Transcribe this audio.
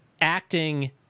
acting